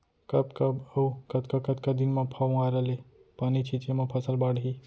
कब कब अऊ कतका कतका दिन म फव्वारा ले पानी छिंचे म फसल बाड़ही?